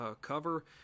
cover